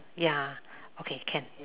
ya okay can